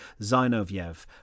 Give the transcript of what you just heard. Zinoviev